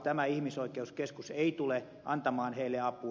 tämä ihmisoikeuskeskus ei tule antamaan heille apua